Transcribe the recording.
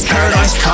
Paradise